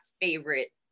favorite